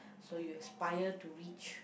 so you aspire to reach